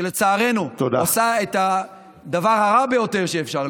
שלצערנו עושה את הדבר הרע ביותר שאפשר,